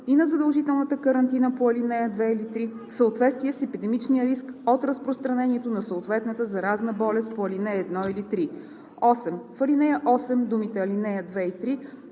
и на задължителната карантина по ал. 2 или 3 в съответствие с епидемичния риск от разпространението на съответната заразна болест по ал. 1 или 3.“ 8. В ал. 8 думите „ал. 2 и 3“